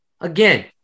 Again